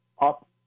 up